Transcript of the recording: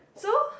so